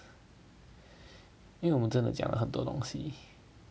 因为我们真的讲了很多东西